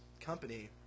company